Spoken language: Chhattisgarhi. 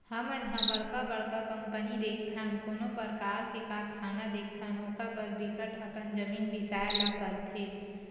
हमन ह बड़का बड़का कंपनी देखथन, कोनो परकार के कारखाना देखथन ओखर बर बिकट अकन जमीन बिसाए ल परथे